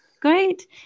Great